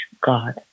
God